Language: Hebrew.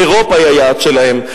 אירופה היא היעד שלהם.